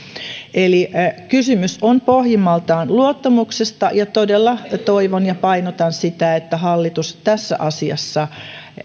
eli kysymys on pohjimmiltaan luottamuksesta ja todella toivon ja painotan sitä että hallitus tässä asiassa